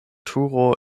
turo